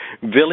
Billy